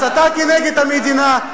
הסתה כנגד המדינה,